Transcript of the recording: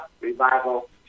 Revival